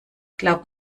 glaub